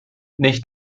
nicht